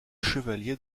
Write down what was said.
chevalier